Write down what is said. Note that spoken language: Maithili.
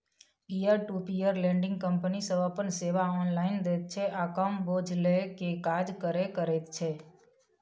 peer to peer lending company सब अपन सेवा ऑनलाइन दैत छै आ कम बोझ लेइ के काज करे करैत छै